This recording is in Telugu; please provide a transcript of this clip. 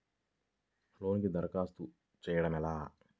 లోనుకి దరఖాస్తు చేయడము ఎలా?